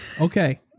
Okay